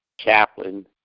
Chaplain